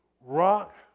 rock